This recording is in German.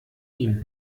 ihm